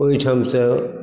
ओहिठामसँ